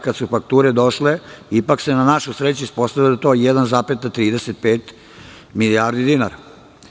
Kada su fakture došle, ipak se na našu sreću ispostavilo da je to 1,35 milijardi dinara.